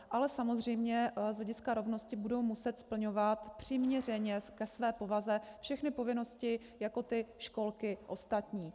Ale samozřejmě z hlediska rovnosti budou muset splňovat přiměřeně ke své povaze všechny povinnosti jako ty školky ostatní.